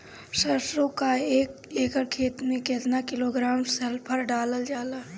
सरसों क एक एकड़ खेते में केतना किलोग्राम सल्फर डालल जाला?